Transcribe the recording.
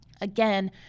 Again